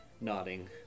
nodding